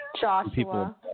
Joshua